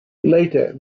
later